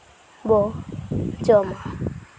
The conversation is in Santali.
ᱵᱚ ᱡᱚᱢᱟ